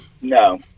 No